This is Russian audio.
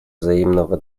взаимного